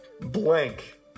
Blank